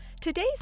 Today's